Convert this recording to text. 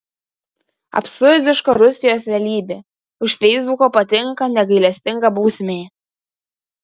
absurdiška rusijos realybė už feisbuko patinka negailestinga bausmė